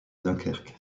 dunkerque